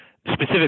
specific